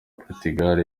portugal